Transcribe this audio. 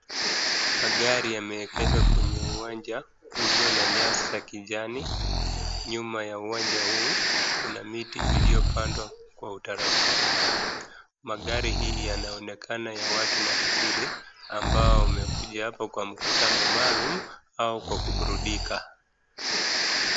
Magari yameegeshwa kwenye uwanja ulio na nyasi za kijani, nyuma ya uwanja hu kuna miti iliyopandwa kwa utaratibu. Magari haya yanaonekana ya watu matajiri ambao wamekuja hapa kwa mkutano maalum au kwa kuburudika.